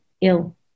ill